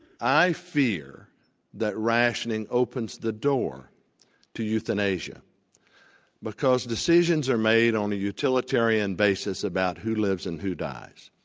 i fear that rationing opens the door to euthanasia because decisions are made on a utilitarian basis about who lives and who dies.